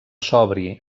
sobri